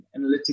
analytics